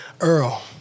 Earl